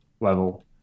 level